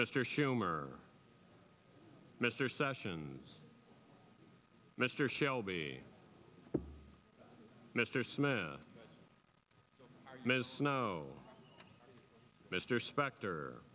mr schumer mr sessions mr shelby mr smith ms snow mr spect